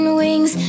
wings